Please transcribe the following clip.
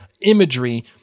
imagery